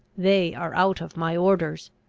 they are out of my orders.